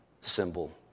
symbol